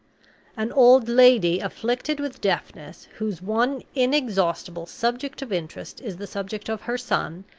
an old lady afflicted with deafness, whose one inexhaustible subject of interest is the subject of her son,